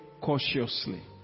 cautiously